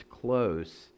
close